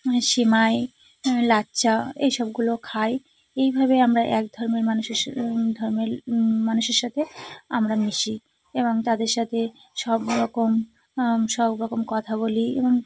ওখানে সিমাই লাচ্চা এই সবগুলো খাই এইভাবে আমরা এক ধর্মের মানুষের ধর্মের মানুষের সাথে আমরা মিশি এবং তাদের সাথে সব রকম সব রকম কথা বলি এবং